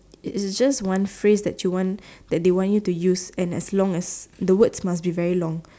is just one phrase that you want that they want you to use and as along as the words must be very long